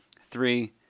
three